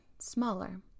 smaller